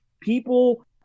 people